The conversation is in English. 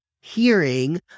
hearing